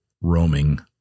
roaming